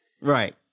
Right